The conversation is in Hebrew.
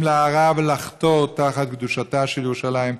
להרע ולחתור תחת קדושתה של ירושלים,